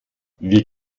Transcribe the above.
wir